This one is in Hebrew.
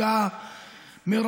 שלא ניתן לעבור עליו כאילו מדובר רק